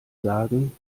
sagen